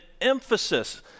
emphasis